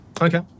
Okay